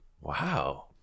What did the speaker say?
Wow